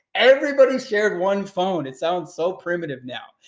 everybody shared one phone. it sounds so primitive now.